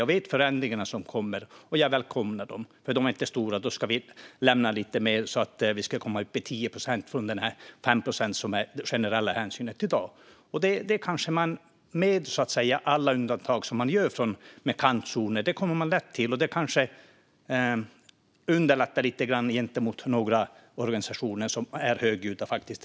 Jag vet vad förändringarna som kommer innebär, och jag välkomnar dem. Det är inte stora. Då ska vi lämna lite mer så att vi kan komma upp i 10 procent från de 5 procent som i dag ingår i generell hänsyn. Med alla undantag som man gör med kantzoner kommer man lätt till det, och det kanske underlättar lite grann gentemot några organisationer som är högljudda i debatten.